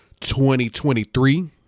2023